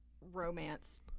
romance